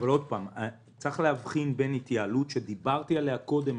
צריך להבחין בין התייעלות שדיברתי עליה קודם,